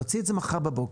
להוציא את זה מחר בבוקר.